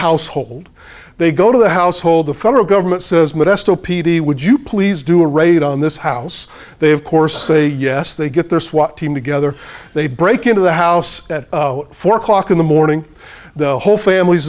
household they go to the household the federal government says modesto p d would you please do a raid on this house they have course a yes they get their swat team together they break into the house at four o'clock in the morning the whole family's